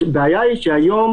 הבעיה היא שהיום